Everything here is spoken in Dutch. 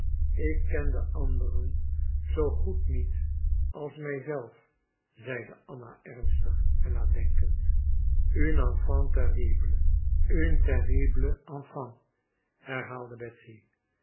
ik ken de anderen zoo goed niet als mij zelf zeide anna ernstig en nadenkend une enfant terrible une terrible enfant herhaalde betsy